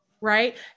right